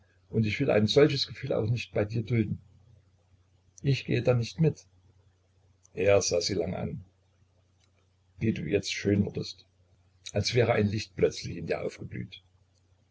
und ich will ein solches gefühl auch nicht bei dir dulden ich gehe dann nicht mit er sah sie lange an wie du jetzt schön wurdest als wäre ein licht plötzlich in dir aufgeblüht